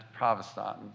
Pravastatin